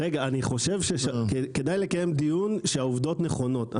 אני חושב שכדאי לקיים דיון כשהעובדות נכונות.